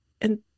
and-